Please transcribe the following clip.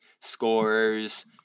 scorers